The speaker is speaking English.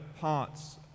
parts